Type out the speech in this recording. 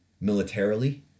militarily